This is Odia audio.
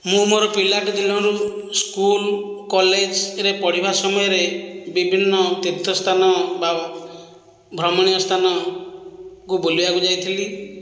ମୁଁ ମୋର ପିଲାଟି ଦିନରୁ ସ୍କୁଲ କଲେଜରେ ପଢ଼ିବା ସମୟରେ ବିଭିନ୍ନ ତୀର୍ଥ ସ୍ଥାନ ବା ଭ୍ରମଣୀୟ ସ୍ଥାନକୁ ବୁଲିବାକୁ ଯାଇଥିଲି